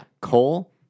Cole